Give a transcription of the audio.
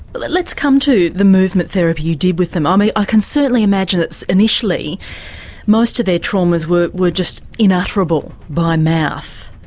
but but let's come to the movement therapy you did with them, um i can certainly imagine that initially most of their traumas were were just unutterable by mouth,